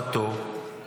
ורווחתו,